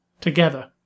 together